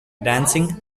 dancing